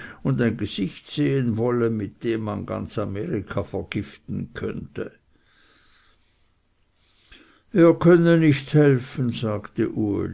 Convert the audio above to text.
und ein gesicht sehen wolle mit dem man ganz amerika vergiften könnte er könne nicht helfen sagte uli